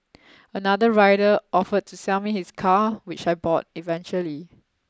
another rider offered to sell me his car which I bought eventually